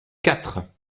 quatre